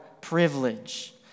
privilege